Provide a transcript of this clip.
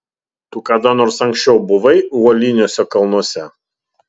tu kada nors anksčiau buvai uoliniuose kalnuose